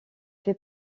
fait